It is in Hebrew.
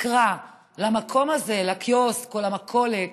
אקרא למקום הזה, לקיוסק או למכולת,